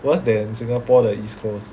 worse than Singapore the East Coast